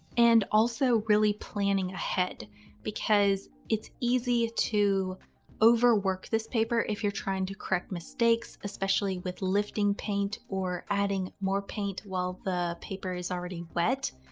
and also really planning ahead because it's easy to overwork this paper if you're trying to correct mistakes, especially with lifting paint or adding more paint while the papers already wet.